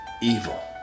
evil